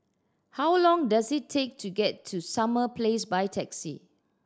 how long does it take to get to Summer Place by taxi